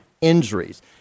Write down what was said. injuries